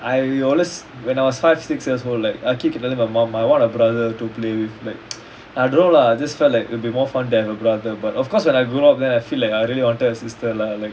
I always when I was five six years old like I keep telling my mum I want a brother to play with like I don't know lah just felt like it will be more fun to have a brother but of course when I grew up then I feel like I really wanted a sister lah like